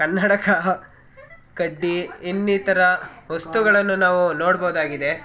ಕನ್ನಡಕ ಕಡ್ಡಿ ಇನ್ನಿತರ ವಸ್ತುಗಳನ್ನು ನಾವು ನೋಡ್ಬೋದಾಗಿದೆ